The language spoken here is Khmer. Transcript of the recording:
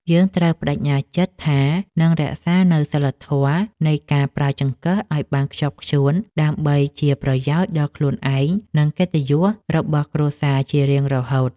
យើងត្រូវប្តេជ្ញាចិត្តថានឹងរក្សានូវសីលធម៌នៃការប្រើចង្កឹះឱ្យបានខ្ជាប់ខ្ជួនដើម្បីជាប្រយោជន៍ដល់ខ្លួនឯងនិងកិត្តិយសរបស់គ្រួសារជារៀងរហូត។